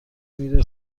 میره